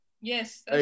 Yes